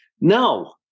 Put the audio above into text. No